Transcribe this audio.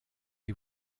les